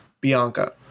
Bianca